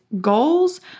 goals